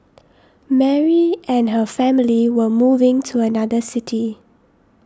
Mary and her family were moving to another city